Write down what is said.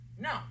No